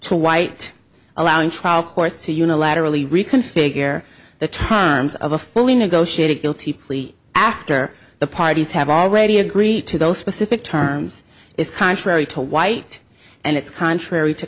to white allowing trial courts to unilaterally reconfigure the terms of a fully negotiated guilty plea after the parties have already agreed to those specific terms is contrary to white and it's contrary to